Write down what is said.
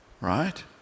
Right